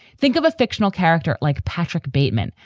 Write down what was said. think of a fictional character like patrick bateman.